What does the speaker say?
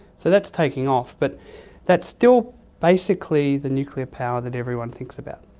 so that's taking off. but that's still basically the nuclear power that everyone thinks about.